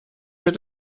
mit